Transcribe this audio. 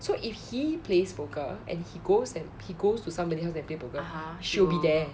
so if he plays poker and he goes and he goes to somebody's house to play poker she'll be there